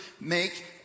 make